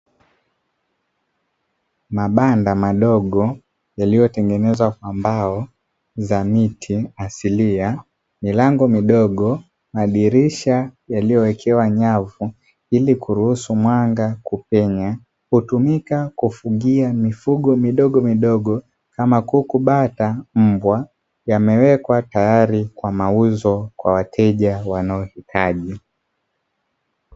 Mabanda madogo, yaliyotengenezwa kwa mbao za miti asilia, milango midogo, madirisha yaliyowekewa nyavu ili kuruhusu mwanga kupenya. Hutumika kufugia mifugo midogomidogo kama kuku, bata, mbwa yamewekwa tayari kwa mauzo kwa wateja wanaohitaji.